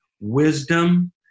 wisdom